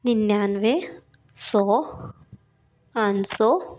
निन्यानवे सौ पाँच सौ